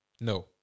No